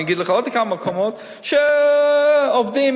ואני אגיד לך עוד כמה מקומות שבאים עובדים,